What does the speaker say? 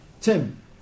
Tim